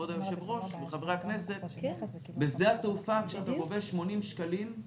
אדוני היושב-ראש וחברי הכנסת: בשדה התעופה כאשר אתה גובה 80 שקלים,